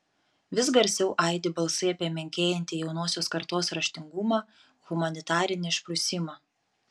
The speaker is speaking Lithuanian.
vis garsiau aidi balsai apie menkėjantį jaunosios kartos raštingumą humanitarinį išprusimą